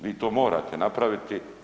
Vi to morate napraviti.